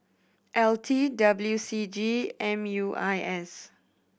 L T W C G M U I S